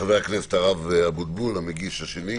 חבר הכנסת הרב אבוטבול, המגיש השני,